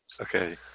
Okay